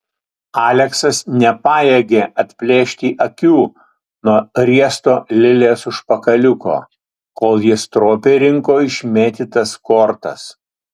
aleksas nepajėgė atplėšti akių nuo riesto lilės užpakaliuko kol ji stropiai rinko išmėtytas kortas